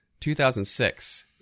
2006